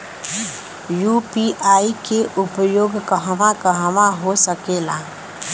UPI के उपयोग कहवा कहवा हो सकेला?